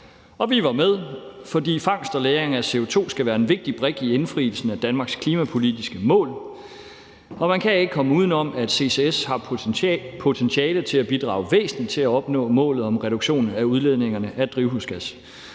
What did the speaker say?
Vi var med, fordi fangst og lagring af CO2 skal være en vigtig brik i indfrielsen af Danmarks klimapolitiske mål, og man kan ikke komme uden om, at CCS har potentiale til at bidrage væsentligt til at opnå målet om en reduktion af udledningerne af drivhusgas.